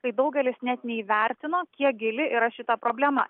kai daugelis net neįvertino kiek gili yra šita problema